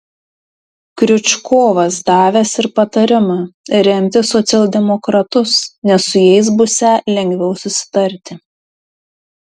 kriučkovas davęs ir patarimą remti socialdemokratus nes su jais būsią lengviau susitarti